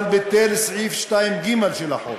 אבל ביטל את סעיף 2(ג) של החוק,